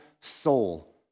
soul